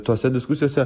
tose diskusijose